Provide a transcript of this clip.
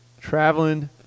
traveling